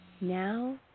Now